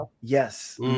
Yes